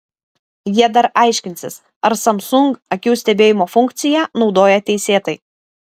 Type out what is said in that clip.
jie dar aiškinsis ar samsung akių stebėjimo funkciją naudoja teisėtai